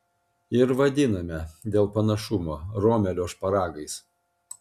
ir vadiname dėl panašumo romelio šparagais